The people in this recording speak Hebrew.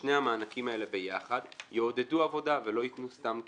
ששני המענקים האלה יחד יעודדו עבודה ולא יתנו סתם כסף.